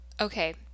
Okay